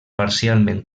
parcialment